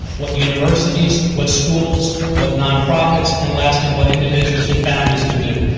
what universities, what schools, what nonprofits, and, lastly, what individuals and families can do.